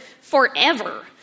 forever